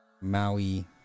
Maui